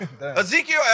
Ezekiel